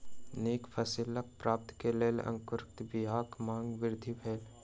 नीक फसिलक प्राप्ति के लेल अंकुरित बीयाक मांग में वृद्धि भेल